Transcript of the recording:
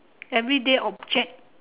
everyday object